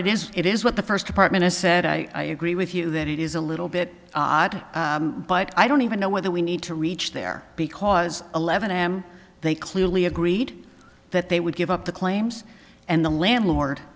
it is it is what the first department i said i agree with you that it is a little bit odd but i don't even know whether we need to reach there because eleven am they clearly agreed that they would give up the claims and the landlord